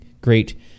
great